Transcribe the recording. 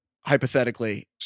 hypothetically